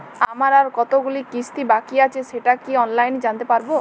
আমার আর কতগুলি কিস্তি বাকী আছে সেটা কি অনলাইনে জানতে পারব?